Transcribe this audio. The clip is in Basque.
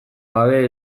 gabe